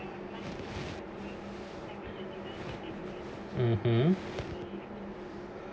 (uh huh)